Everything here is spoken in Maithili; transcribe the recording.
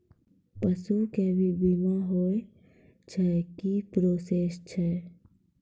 पसु के भी बीमा होय छै, की प्रोसेस छै?